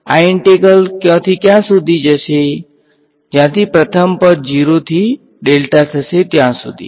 આ ઈંટેગ્રલ ક્યાં થી ક્યાં સુધી જશે જ્યાંથી પ્રથમ પદ 0 થી થશે ત્યાં સુધી